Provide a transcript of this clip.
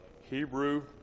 Hebrew